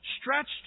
stretched